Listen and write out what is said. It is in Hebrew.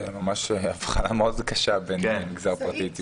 זו ממש הבחנה מאוד קשה בין המגזר הפרטי לציבורי.